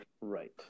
right